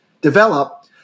develop